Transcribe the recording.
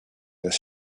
their